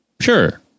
Sure